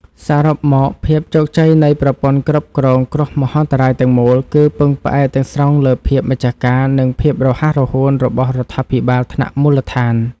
សរុបមក ភាពជោគជ័យនៃប្រព័ន្ធគ្រប់គ្រងគ្រោះមហន្តរាយទាំងមូល គឺពឹងផ្អែកទាំងស្រុងលើភាពម្ចាស់ការ និងភាពរហ័សរហួនរបស់រដ្ឋាភិបាលថ្នាក់មូលដ្ឋាន។